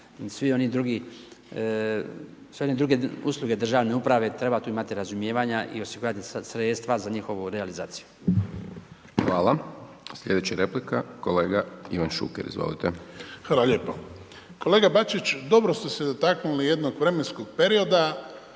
pitanju svi oni drugi usluge državne uprave treba tu imati razumijevanja i osigurati sredstva za njihovu realizaciju. **Hajdaš Dončić, Siniša (SDP)** Hvala. Sljedeća replika kolega Ivan Šuker, izvolite. **Šuker, Ivan (HDZ)** Hvala lijepo. Kolega Bačić dobro ste se dotaknuli jednog vremenskog perioda